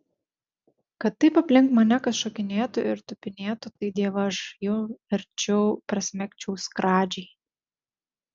kad taip aplink mane kas šokinėtų ir tupinėtų tai dievaž jau verčiau prasmegčiau skradžiai